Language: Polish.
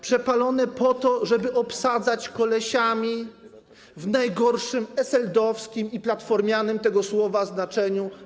Przepalone po to, żeby obsadzać państwo kolesiami w najgorszym, SLD-owskim i platformianym tego słowa znaczeniu.